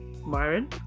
Myron